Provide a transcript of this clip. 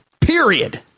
Period